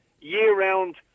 year-round